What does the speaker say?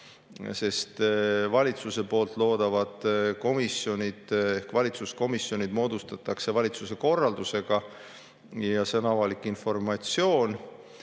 sest valitsuse loodavad komisjonid ehk valitsuskomisjonid moodustatakse valitsuse korraldusega ja see on avalik informatsioon.